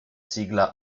sigla